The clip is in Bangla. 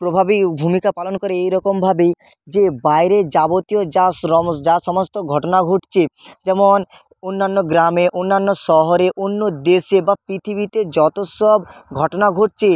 প্রভাবই ভূমিকা পালন করে এই রকমভাবে যে বাইরের যাবতীয় যা যা সমস্ত ঘটনা ঘটছে যেমন অন্যান্য গ্রামে অন্যান্য শহরে অন্য দেশে বা পৃথিবীতে যত সব ঘটনা ঘটছে